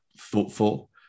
thoughtful